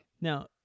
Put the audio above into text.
Now